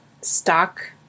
stock